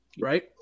right